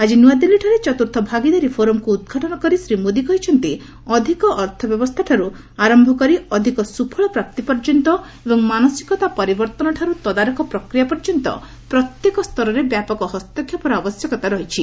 ଆକି ନୂଆଦିଲ୍ଲୀଠାରେ ଚତୁର୍ଥ ଭାଗିଦାରୀ ଫୋରମ୍କୁ ଉଦ୍ଘାଟନ କରି ଶୀ ମୋଦି କହିଛନ୍ତି ଅଧିକ ଅର୍ଥବ୍ୟବସ୍ଥାଠାରୁ ଆରମ୍ଭ କରି ଅଧିକ ସ୍ତୁଫଳ ପ୍ରାପ୍ତି ପର୍ଯ୍ୟନ୍ତ ଏବଂ ମାନସିକତା ପରିବର୍ତ୍ତନଠାରୁ ତଦାରଖ ପ୍ରକ୍ରିୟା ପର୍ଯ୍ୟନ୍ତ ପ୍ରତ୍ୟେକ ସ୍ତରରେ ବ୍ୟାପକ ହସ୍ତକ୍ଷେପର ଆବଶ୍ୟକତା ରହିଛି